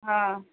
हँ